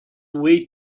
way